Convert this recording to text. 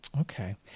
Okay